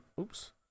Oops